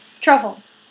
Truffles